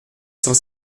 cent